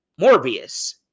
Morbius